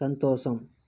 సంతోషం